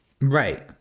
Right